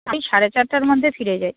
ওই সাড়ে চারটের মধ্যে ফিরে যাই